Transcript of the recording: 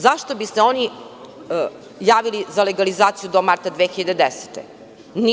Zašto bi se oni javili za legalizaciju do marta 2010. godine?